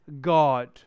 God